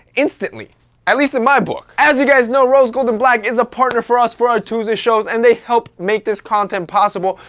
instantly at least in my book as you guys know rose gold and black is a partner for us, for our tuesday shows, and they helped make this content possible.